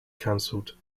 cancelled